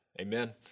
Amen